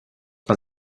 man